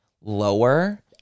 lower